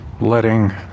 letting